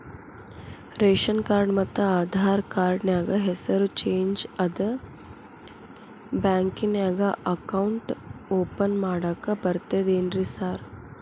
Ration card ಮತ್ತ Aadhaar card ನ್ಯಾಗ ಹೆಸರು ಚೇಂಜ್ ಅದಾ ಬ್ಯಾಂಕಿನ್ಯಾಗ ಅಕೌಂಟ್ ಓಪನ್ ಮಾಡಾಕ ಬರ್ತಾದೇನ್ರಿ ಸಾರ್?